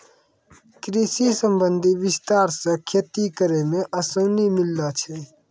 कृषि संबंधी विस्तार से खेती करै मे आसानी मिल्लै छै